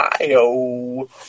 Ohio